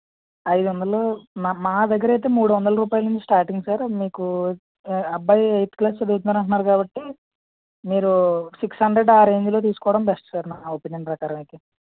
ఐదు వందలు మా దగ్గర అయితే మూడు వందలు రూపాయలు నుంచి స్టార్టింగ్ సార్ అది మీకు అబ్బాయి ఎయిత్ క్లాస్ చదువుతున్నారు అంటున్నారు కాబట్టి మీరు సిక్స్ హండ్రెడ్ ఆ రేంజ్లో తీసుకోవడం బెస్ట్ సార్ నా ఒపీనియన్ ప్రకారం అయితే